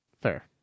Fair